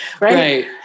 Right